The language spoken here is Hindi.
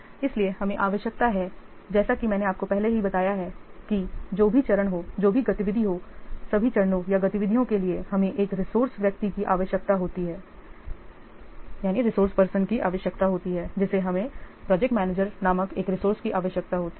इसलिए हमें आवश्यकता है जैसा कि मैंने आपको पहले ही बताया है कि जो भी चरण हो जो भी गतिविधि हो सभी चरणों या गतिविधियों के लिए हमें एक रिसोर्स पर्सन की आवश्यकता होती है जिसे हमें प्रोजेक्ट मैनेजर नामक एक रिसोर्स की आवश्यकता होती है